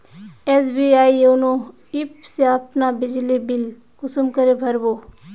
SBI YONO app से अपना बिजली बिल कुंसम करे भर बो?